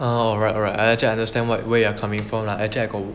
err alright alright I actually understand where you are coming from lah actually I got